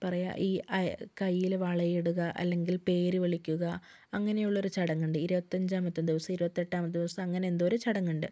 പയുക ഈ കയ്യിൽ വള ഇടുക അല്ലെങ്കിൽ പേര് വിളിക്കുക അങ്ങനെ ഉള്ളൊരു ചടങ്ങ് ഉണ്ട് ഇരുപത്തിയഞ്ചാമത്തെ ദിവസം ഇരുപത്തി എട്ടാമത്തെ ദിവസം അങ്ങനെ എന്തോ ഒരു ചടങ്ങ് ഉണ്ട്